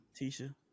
Tisha